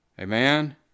Amen